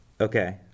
Okay